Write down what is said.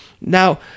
Now